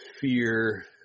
fear